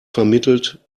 vermittelt